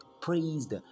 praised